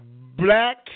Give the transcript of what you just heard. Black